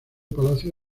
palacio